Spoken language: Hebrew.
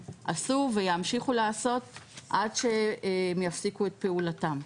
עשו וימשיכו לעשות עד שהם יפסיקו את פעולתם.